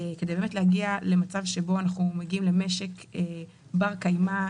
כדי להגיע למשק בר קיימא,